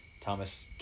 Thomas